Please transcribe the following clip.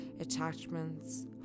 attachments